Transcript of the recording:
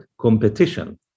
Competition